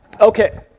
Okay